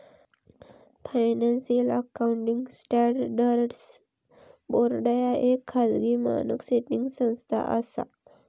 financial accounting standards board ह्या येक खाजगी मानक सेटिंग संस्था असा